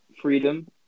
freedom